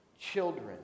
children